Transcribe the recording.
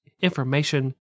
information